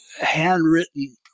handwritten